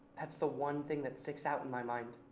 that's the one thing that sticks out in my mind.